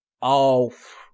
off